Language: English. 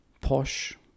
posh